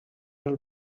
els